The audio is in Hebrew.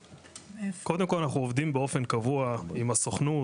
קודם כל אנחנו עובדים באופן קבוע עם הסוכנות,